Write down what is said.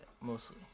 mostly